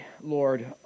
Lord